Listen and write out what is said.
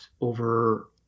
over